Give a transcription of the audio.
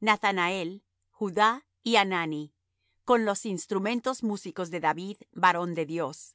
nathanael judá y hanani con los instrumentos músicos de david varón de dios